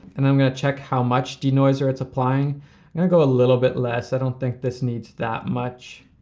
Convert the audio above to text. and i'm gonna check how much de-noiser it's applying. i'm gonna go a little bit less, i don't think this needs that much.